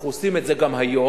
אנחנו עושים את זה גם היום,